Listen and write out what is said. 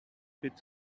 its